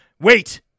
Wait